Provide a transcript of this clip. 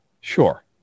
sure